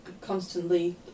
constantly